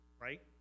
right